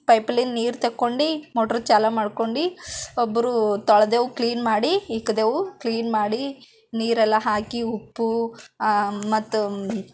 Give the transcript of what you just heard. ಪೈಪಲ್ಲಿನ ನೀರು ತೊಗೊಂಡು ಮೋಟಾರ್ ಚಾಲೂ ಮಾಡ್ಕೊಂಡು ಒಬ್ಬರು ತೊಳೆದೆವು ಕ್ಲೀನ್ ಮಾಡಿ ಇಕ್ದೇವು ಕ್ಲೀನ್ ಮಾಡಿ ನೀರೆಲ್ಲ ಹಾಕಿ ಉಪ್ಪು ಮತ್ತೆ